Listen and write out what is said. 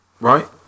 Right